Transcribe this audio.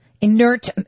inert